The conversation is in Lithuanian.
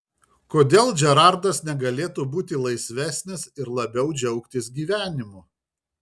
kodėl džerardas negalėtų būti laisvesnis ir labiau džiaugtis gyvenimu